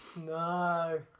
No